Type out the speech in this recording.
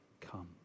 come